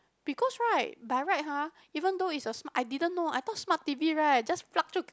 because right by right !huh! even though is a smart I didn't know I thought smart t_v right just plug jiu